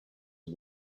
are